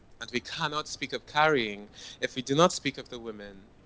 and we cannot speak of carrying if we do not speak of the women,